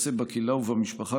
שייעשה בקהילה ובמשפחה,